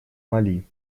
мали